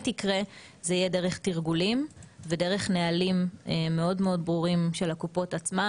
יקרה היא תהיה דרך תרגולים ודרך נהלים מאוד מאוד ברורים של הקופות עצמן,